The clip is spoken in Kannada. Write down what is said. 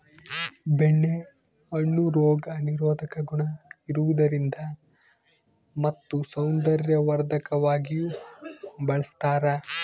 ಬೆಣ್ಣೆ ಹಣ್ಣು ರೋಗ ನಿರೋಧಕ ಗುಣ ಇರುವುದರಿಂದ ಮತ್ತು ಸೌಂದರ್ಯವರ್ಧಕವಾಗಿಯೂ ಬಳಸ್ತಾರ